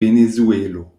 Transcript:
venezuelo